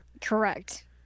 Correct